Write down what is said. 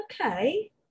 Okay